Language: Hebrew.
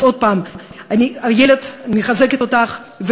אז עוד פעם אני, איילת, מחזקת אותך.